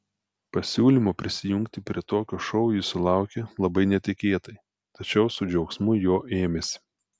pasiūlymo prisijungti prie tokio šou jis sulaukė labai netikėtai tačiau su džiaugsmu jo ėmėsi